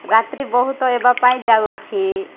ରାତ୍ରି ବହୁତ ହେବା ପାଇଁ ଯାଉଅଛି